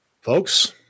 Folks